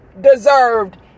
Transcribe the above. deserved